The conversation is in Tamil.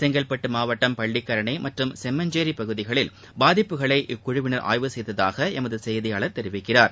செங்கல்பட்டு மாவட்டம் பள்ளிக்கரணை மற்றும் செம்மஞ்சேரி பகுதிகளில் பாதிப்புகளை இக்குழுவினர் ஆய்வு செய்ததாக எமது செய்தியாளர் தெரிவிக்கிறார்